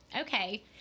Okay